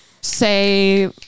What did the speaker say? Say